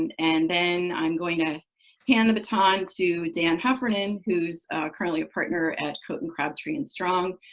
and and then i'm going to hand the baton to dan heffernan, who's currently a partner at kotin, crabtree and strong,